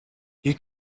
you